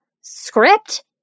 script